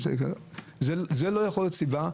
זאת לא יכולה להיות סיבה,